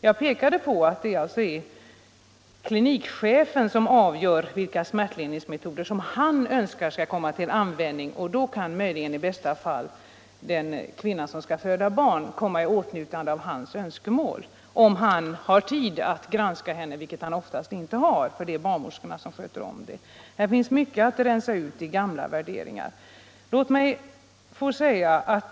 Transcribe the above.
Jag pekade tidigare på att det är klinikchefen som avgör vilka smärtlindringsmetoder som skall komma till användning. Då kan möjligen i bästa fall den kvinna som skall föda barn komma i åtnjutande av hans önskemål om smärtlindringsmetoder om han har tid att granska henne, vilket han för övrigt oftast inte har; det är barnmorskorna som sköter om detta. Här finns mycket att rensa ut i gamla värderingar.